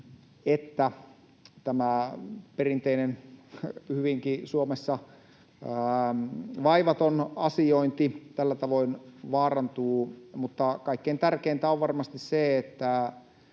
että tämä perinteinen, Suomessa hyvinkin vaivaton asiointi tällä tavoin vaarantuu, mutta kaikkein tärkeintä on varmasti se, että